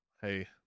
hey